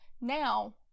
Now